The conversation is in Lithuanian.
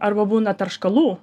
arba būna tarškalų